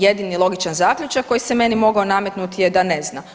Jedini logičan zaključak koji se meni mogao nametnuti je da ne zna.